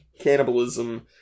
cannibalism